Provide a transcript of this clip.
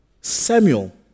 Samuel